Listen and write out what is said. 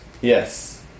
Yes